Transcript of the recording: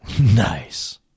Nice